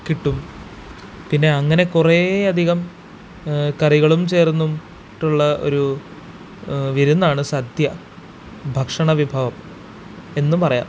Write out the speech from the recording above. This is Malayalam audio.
കിട്ടും പിന്നെ അങ്ങനെ കുറേയധികം കറികളും ചേര്ന്നിട്ടുള്ള ഒരു വിരുന്നാണ് സദ്യ ഭക്ഷണവിഭവം എന്നും പറയാം